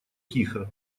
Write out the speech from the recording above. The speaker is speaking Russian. тихо